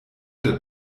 der